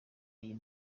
niyo